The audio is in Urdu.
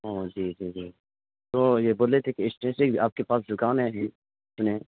او جی جی جی تو یہ بول رہے تھے کہ اسٹیشی آپ کے پاس دکان ہے جی اپنے